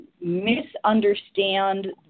misunderstand